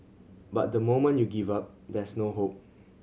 but the moment you give up there's no hope